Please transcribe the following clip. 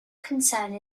concern